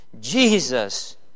Jesus